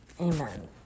Amen